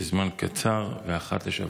לזמן קצר ואחת לשבוע?